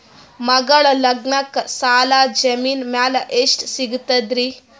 ಮಗಳ ಲಗ್ನಕ್ಕ ಸಾಲ ಜಮೀನ ಮ್ಯಾಲ ಎಷ್ಟ ಸಿಗ್ತದ್ರಿ?